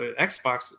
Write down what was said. Xbox